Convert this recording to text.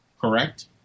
correct